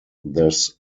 this